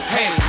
Hey